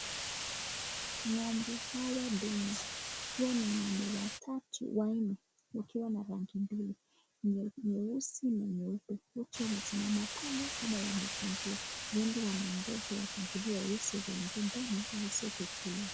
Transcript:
Ng'ombe hawa dume, wakiwa ni ng'ombe wanne, wakiwa na rangi mbili nyeusi na nyeupe, wote wamefungiwa pale wakiwa wamesimama, huenda wanangoja wafunguliwe waingie ndani waeze kukula.